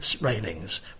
railings